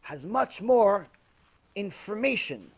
has much more information